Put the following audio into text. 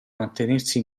mantenersi